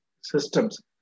systems